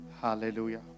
hallelujah